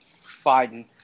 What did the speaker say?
biden